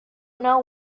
know